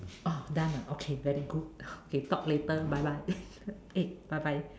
oh done ah okay very good okay talk later bye bye eh bye bye